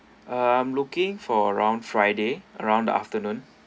ah I'm looking for around friday around the afternoon